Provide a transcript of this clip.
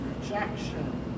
rejection